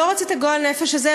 לא רוצה את הגועל נפש הזה,